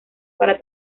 para